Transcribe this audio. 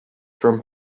from